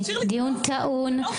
דיון טעון,